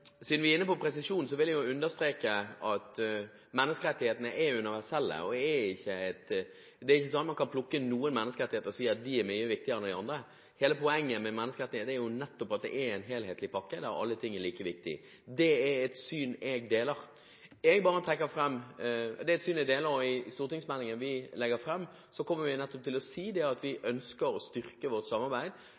inne på presisjon, vil jeg understreke at menneskerettighetene er universelle og at man ikke kan plukke ut noen menneskerettigheter og si at de er mye viktigere enn andre. Hele poenget med menneskerettigheter er jo nettopp at det er en helhetlig pakke der alle ting er like viktige. Det er et syn jeg deler. I stortingsmeldingen vi skal legge fram, kommer vi nettopp til å si at vi ønsker å styrke vårt samarbeid